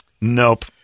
Nope